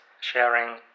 sharing